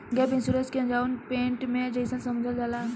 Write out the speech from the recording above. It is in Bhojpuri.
गैप इंश्योरेंस के डाउन पेमेंट के जइसन समझल जाला